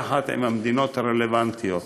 יחד עם המדינות הרלוונטיות.